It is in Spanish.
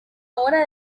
hora